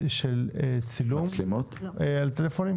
של צילום על טלפונים?